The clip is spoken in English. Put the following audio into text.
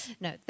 No